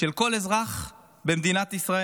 של כל אזרח במדינת ישראל.